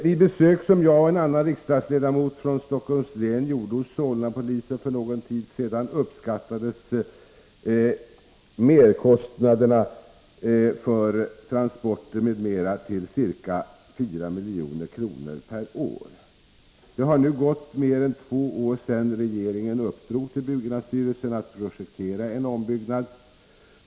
Vid besök som jag och en annan riksdagsledamot från Stockholms län gjorde hos Solnapolisen för någon tid sedan sade man att merkostnaderna för transporter m.m. uppskattades till ca 4 milj.kr. per år. Det har nu gått mer än två år sedan regeringen uppdrog till byggnadsstyrelsen att projektera en ombyggnad.